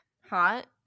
hot